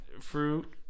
Fruit